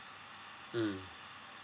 mm